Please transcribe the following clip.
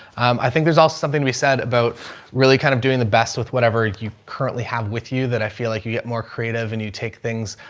i think there's also something to be said about really kind of doing the best with whatever you currently have with you that i feel like you get more creative and you take things,